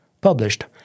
published